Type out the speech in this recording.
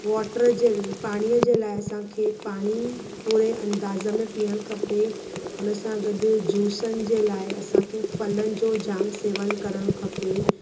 water जे पाणीअ जे लाइ असां खे पाणी पूरे अंदाज़ में पीअणु खपे उन सां गॾु जूसनि जे लाइ असां खे फलनि जो जाम सेवनि करणु खपे